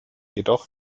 jedoch